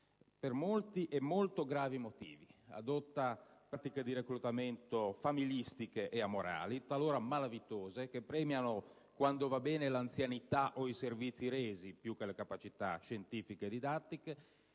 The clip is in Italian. per molti e molto gravi motivi: adotta pratiche di reclutamento familistiche e amorali, talora malavitose, che premiano, quando va bene, l'anzianità o i servizi resi più le capacità scientifiche e didattiche;